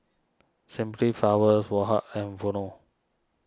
Simply Flowers Woh Hup and Vono